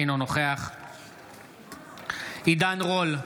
אינו נוכח עידן רול,